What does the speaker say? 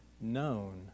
known